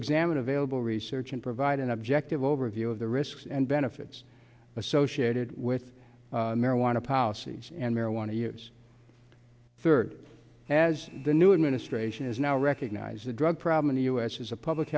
examine available research and provide an objective overview of the risks and benefits associated with marijuana policy and marijuana use third has the new administration is now recognized the drug problem in the us is a public